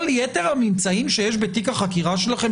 כל יתר הממצאים שיש בתיק החקירה שלכם,